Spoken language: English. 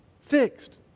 fixed